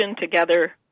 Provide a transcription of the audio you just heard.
together